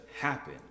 happen